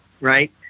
right